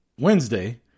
Wednesday